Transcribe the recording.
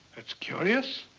that's curious.